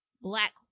Black